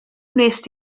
wnest